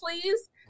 please